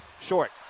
Short